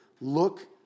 Look